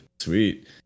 Sweet